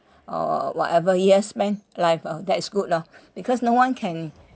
or whatever yes meh life uh that is good lah because no one can